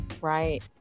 Right